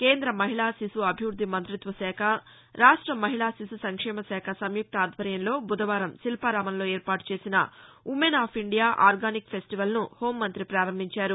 కేంద్ర మహిళా శిశు అభివృద్ది మంతిత్వ శాఖ రాష్ట మహిళా శిశు సంక్షేమశాఖ సంయుక్త ఆధ్వర్యంలో బుధవారం శిల్పారామంలో వీర్పాటు చేసిన ఉమెన్ ఆఫ్ ఇండియా ఆర్గానిక్ ఫెస్టివల్ను హోం మంతి పారంభించారు